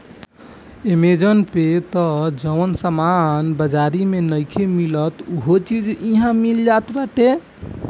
Amazon पे तअ जवन सामान बाजारी में नइखे मिलत उहो चीज इहा मिल जात बाटे